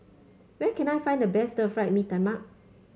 where can I find the best Stir Fried Mee Tai Mak